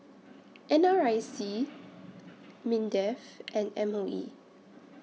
N R I C Mindef and M O E